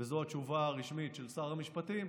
וזו התשובה הרשמית של שר המשפטים,